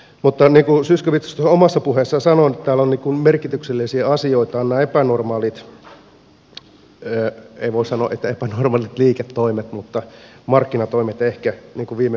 mutta niin kuin zyskowicz tuossa omassa puheessaan sanoi täällä merkityksellisiä asioita ovat nämä ei voi sanoa epänormaalit liiketoimet vaan ehkä markkinatoimet viime vuodelta